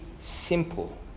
simple